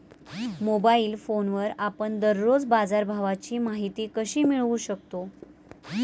Mobile फोनवर आपण दररोज बाजारभावाची माहिती कशी मिळवू शकतो?